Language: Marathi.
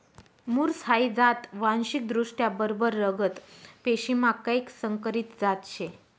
मुर्स हाई जात वांशिकदृष्ट्या बरबर रगत पेशीमा कैक संकरीत जात शे